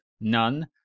none